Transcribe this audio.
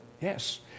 Yes